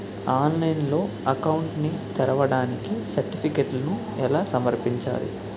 ఆన్లైన్లో అకౌంట్ ని తెరవడానికి సర్టిఫికెట్లను ఎలా సమర్పించాలి?